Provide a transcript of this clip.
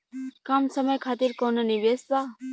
कम समय खातिर कौनो निवेश बा?